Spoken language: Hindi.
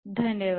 धन्यवाद